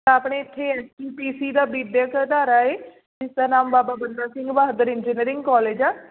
ਤਾਂ ਆਪਣੇ ਇੱਥੇ ਐਸ ਜੀ ਪੀ ਸੀ ਦਾ ਵਿੱਦਿਅਕ ਅਧਾਰਾ ਏ ਜਿਸਦਾ ਨਾਮ ਬਾਬਾ ਬੰਦਾ ਸਿੰਘ ਬਹਾਦਰ ਇੰਜੀਨੀਅਰਿੰਗ ਕੋਲੇਜ ਆ